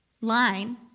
line